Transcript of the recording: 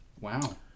Wow